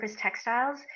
textiles